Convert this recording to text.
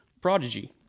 Prodigy